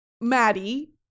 Maddie